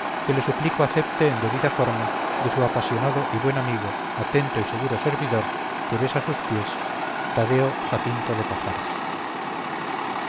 que le suplico acepte en debida forma de su apasionado y buen amigo atento y seguro servidor que besa sus pies tadeo jacinto de pajares